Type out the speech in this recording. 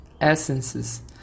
essences